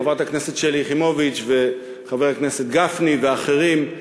חברת הכנסת שלי יחימוביץ וחבר הכנסת גפני ואחרים,